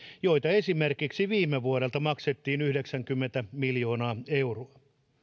joita esimerkiksi viime vuodelta maksettiin yhdeksänkymmentä miljoonaa euroa